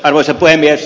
arvoisa puhemies